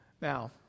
Now